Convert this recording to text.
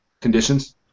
conditions